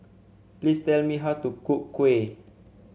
please tell me how to cook kuih